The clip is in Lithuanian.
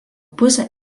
pusę